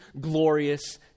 glorious